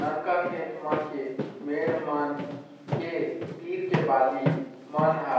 ननका खेत मन के मेड़ मन के तीर के बाली मन ह